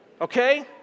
Okay